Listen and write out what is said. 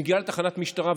מגיעה לתחנת משטרה,